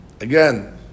again